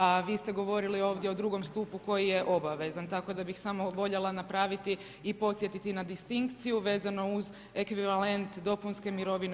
A vi ste govorili ovdje o II stupu koji je obavezan, tako da bih samo voljela napraviti i podsjetiti na distinkciju vezano uz ekvivalent dopunske mirovine.